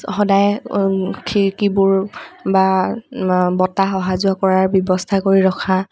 সদায় খিৰিকীবোৰ বা বতাহ অহা যোৱা কৰাৰ ব্যৱস্থা কৰি ৰখা